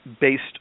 based